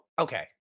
okay